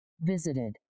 Visited